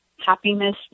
happiness